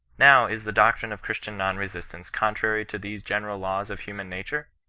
now, is the doctrine of christian non-resistance con trary to these general laws of human nature?